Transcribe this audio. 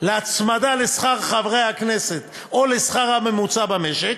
להצמדה לשכר חברי הכנסת או לשכר הממוצע במשק,